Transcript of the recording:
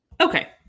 Okay